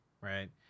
right